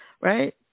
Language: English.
right